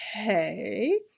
Okay